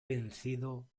vencido